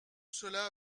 cela